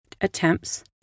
attempts